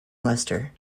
leicester